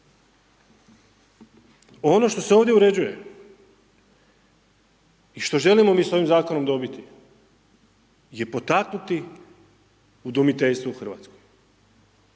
Ono što se ovdje uređuje i što želimo mi s ovim zakonom dobiti je potaknuti udomiteljstvo u Hrvatskoj,